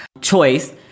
choice